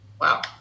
wow